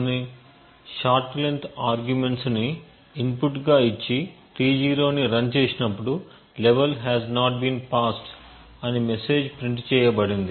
కొన్ని short length argument ని inputs గా ఇచ్చి T0 ని రన్ చేసినప్పుడు level has not been passed అని మెసేజ్ ప్రింట్ చేయబడింది